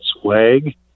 swag